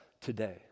today